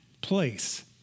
place